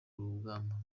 rugamba